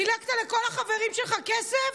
חילקת לכל החברים שלך כסף?